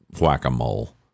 whack-a-mole